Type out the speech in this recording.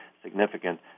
significant